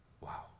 Wow